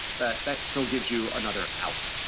that that still gives you another out.